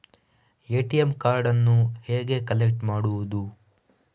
ATM ಕಾರ್ಡನ್ನು ಹೇಗೆ collect ಮಾಡುವುದು?